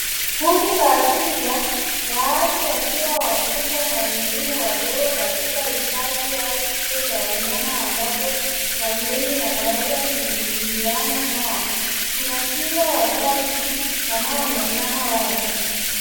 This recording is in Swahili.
Kundi la twiga, baadhi wakiwa wakubwa na wengine wadogo katika hifadhi au kituo ch wanyama ambapo wageni wageni wanaeza kuhudhurina nao. Kuna twiga watatu wanaonekana wazi.